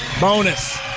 Bonus